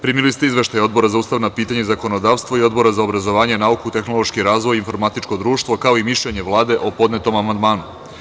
Primili ste izveštaje Odbor za ustavna pitanja i zakonodavstvo i Odbora za obrazovanje, nauku, tehnološki razvoj i informatičko društvo, kao i mišljenje Vlade o podnetom amandmanu.